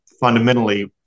fundamentally